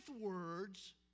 words